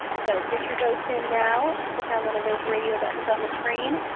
so get your votes in now. click on one of those radio buttons on the screen.